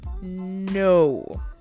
No